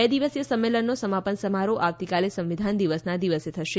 બે દિવસીય સંમેલનનો સમાપન સમારોહ આવતીકાલે સંવિધાન દિવસના દિવસે થશે